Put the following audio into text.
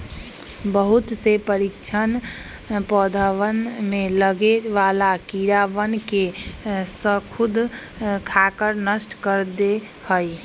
बहुत से पक्षीअन पौधवन में लगे वाला कीड़वन के स्खुद खाकर नष्ट कर दे हई